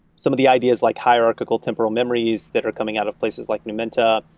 some of the ideas like hierarchical temporal memories that are coming out of places like numenta,